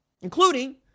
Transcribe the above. including